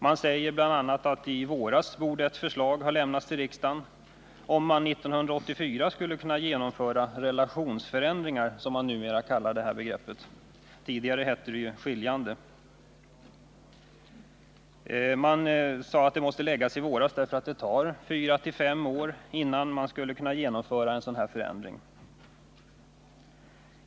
Det sägs bl.a. att i våras borde ett förslag ha lämnats till riksdagen om att man 1984 skulle kunna genomföra relationsförändringar, det begrepp man numera använder. Tidigare hette det skiljande. Man sade att det var nödvändigt att lägga förslaget i våras, eftersom det tar 4-5 år innan man skulle kunna genomföra en sådan här förändring.